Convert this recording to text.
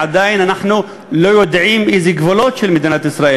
ועדיין אנחנו לא יודעים איזה גבולות יש למדינת ישראל,